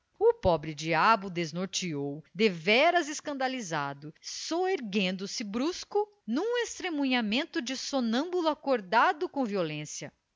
o pobre-diabo desnorteou deveras escandalizado soerguendo se brusco num estremunhamento de sonâmbulo acordado com violência